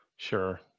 sure